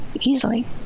easily